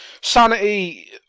Sanity